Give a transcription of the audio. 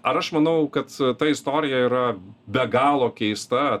ar aš manau kad ta istorija yra be galo keista